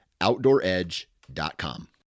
OutdoorEdge.com